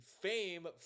fame